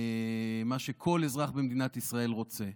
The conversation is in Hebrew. מה שכל אזרח במדינת ישראל רוצה.